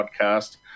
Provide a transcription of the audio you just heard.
podcast